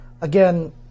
again